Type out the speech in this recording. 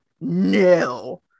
no